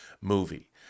movie